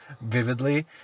vividly